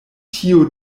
tio